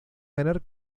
ganar